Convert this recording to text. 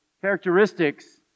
characteristics